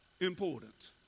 important